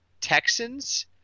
Texans